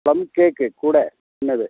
plum cake கூட என்னது